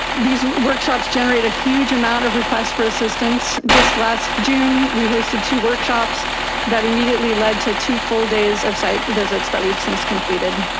these workshops generate a huge amount of requests for assistance. just last june we hosted two workshops that immediately led to two full ays of site visits that we've since completed.